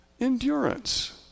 endurance